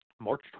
March